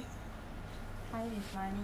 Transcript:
time is money you give me the money lah